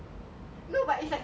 no but it's like